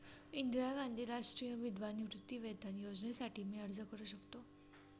इंदिरा गांधी राष्ट्रीय विधवा निवृत्तीवेतन योजनेसाठी मी अर्ज करू शकतो?